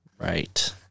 Right